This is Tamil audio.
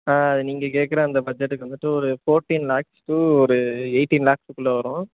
நீங்கள் கேட்குற அந்த பஜ்ஜெட்டுக்கு வந்துட்டு ஒரு ஃபோர்ட்டீன் லேக்ஸ் டூ ஒரு எயிட்டீன் லேக்ஸுக்குள்ளே வரும்